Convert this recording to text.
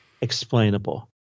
explainable